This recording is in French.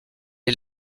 est